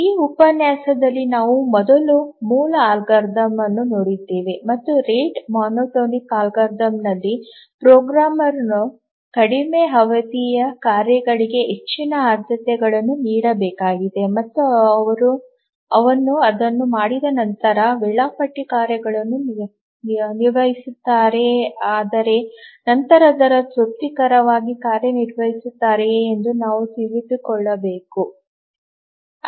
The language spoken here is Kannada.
ಈ ಉಪನ್ಯಾಸದಲ್ಲಿ ನಾವು ಮೊದಲು ಮೂಲ ಅಲ್ಗಾರಿದಮ್ ಅನ್ನು ನೋಡಿದ್ದೇವೆ ಮತ್ತು ರೇಟ್ ಮೊನೊಟೋನಿಕ್ ಅಲ್ಗಾರಿದಮ್ನಲ್ಲಿ ಪ್ರೋಗ್ರಾಮರ್ ಕಡಿಮೆ ಅವಧಿಯ ಕಾರ್ಯಗಳಿಗೆ ಹೆಚ್ಚಿನ ಆದ್ಯತೆಗಳನ್ನು ನೀಡಬೇಕಾಗಿದೆ ಮತ್ತು ಅವನು ಅದನ್ನು ಮಾಡಿದ ನಂತರ ವೇಳಾಪಟ್ಟಿ ಕಾರ್ಯಗಳನ್ನು ನಿರ್ವಹಿಸುತ್ತಾನೆ ಆದರೆ ನಂತರ ಅವರು ತೃಪ್ತಿಕರವಾಗಿ ಕಾರ್ಯನಿರ್ವಹಿಸುತ್ತಾರೆಯೇ ಎಂದು ನಾವು ತಿಳಿದುಕೊಳ್ಳಬೇಕು ಓಡು